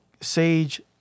Sage